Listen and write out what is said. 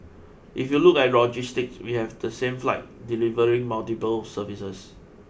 if you look at logistics we have the same fleet delivering multiple services